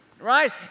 Right